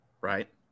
right